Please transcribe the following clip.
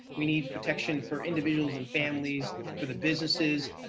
we need protection for individuals and families, for the businesses.